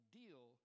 deal